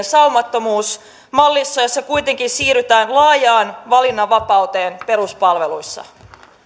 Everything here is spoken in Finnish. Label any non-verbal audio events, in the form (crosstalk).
(unintelligible) saumattomuuden mallissa jossa kuitenkin siirrytään laajaan valinnanvapauteen peruspalveluissa